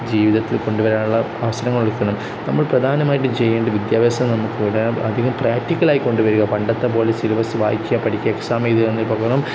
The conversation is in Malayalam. ജീവിതത്തിൽ കൊണ്ടുവരാനുള്ള അവസരങ്ങൾ കൊടുക്കണം നമ്മൾ പ്രധാനമായിട്ട് ചെയ്യേണ്ടത് വിദ്യാഭ്യാസം നമുക്കിവിടെ അധികം പ്രാക്ടിക്കലായി കൊണ്ടുവരിക പണ്ടത്തെ പോലെ സിലബസ് വായിക്കുക പഠിക്കുക എക്സാം എഴുതുക എന്നതിന് പകരം